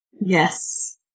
Yes